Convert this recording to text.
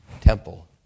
temple